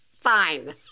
fine